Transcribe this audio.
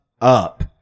up